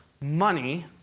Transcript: money